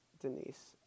Denise